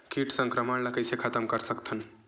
कीट संक्रमण ला कइसे खतम कर सकथन?